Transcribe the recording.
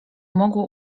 mogło